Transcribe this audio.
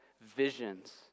visions